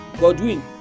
Godwin